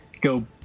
go